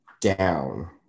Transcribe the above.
down